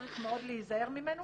צריך מאוד להיזהר ממנו